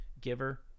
giver